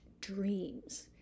dreams